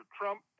Trump